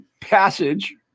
passage